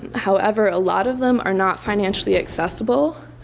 however, a lot of them are not financially accessible.